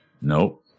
Nope